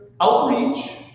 outreach